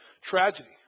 tragedy